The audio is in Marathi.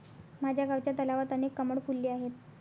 माझ्या गावच्या तलावात अनेक कमळ फुलले आहेत